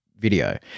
video